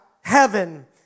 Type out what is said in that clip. heaven